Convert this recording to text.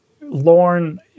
Lorne